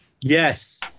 Yes